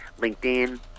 LinkedIn